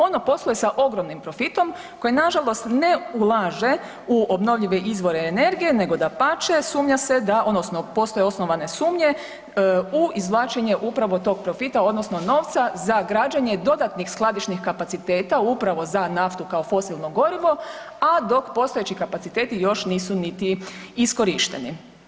Ono posluje sa ogromnim profitom koje na žalost ne ulaže u obnovljive izvore energije, nego dapače sumnja se da odnosno postoje osnovane sumnje u izvlačenju upravo tog profita odnosno novca za građenje dodatnih skladišnih kapaciteta upravo za naftu kao fosilno gorivo, a dok postojeći kapaciteti još nisu niti iskorišteni.